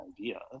idea